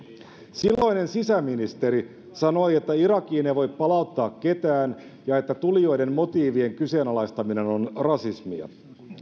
silloinen sisäministeri sanoi että irakiin ei voi palauttaa ketään ja että tulijoiden motiivien kyseenalaistaminen on rasismia